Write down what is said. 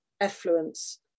effluence